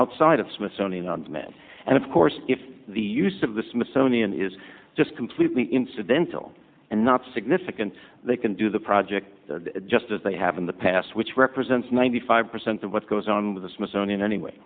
outside of smithsonian on demand and of course if the use of the smithsonian is just completely incidental and not significant they can do the project just as they have in the past which represents ninety five percent of what goes on with the smithsonian anyway